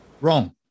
Wrong